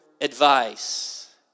advice